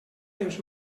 temps